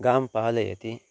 गां पालयति